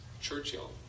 Churchill